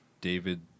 David